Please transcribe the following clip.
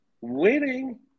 Winning